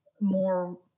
more